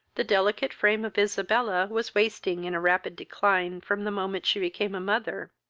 the delicate frame of isabella was wasting in a rapid decline, from the moment she became a mother.